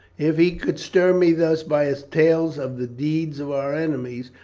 if he could stir me thus by his tales of the deeds of our enemies,